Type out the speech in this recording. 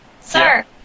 sir